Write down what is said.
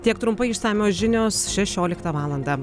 tiek trumpai išsamios žinios šešioliktą valandą